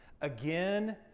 again